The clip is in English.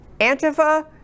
Antifa